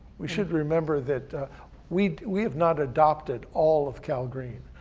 we should remember that we we have not adopted all of calgreen.